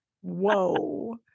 Whoa